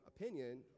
opinion